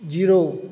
zero